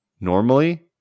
normally